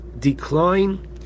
decline